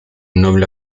noble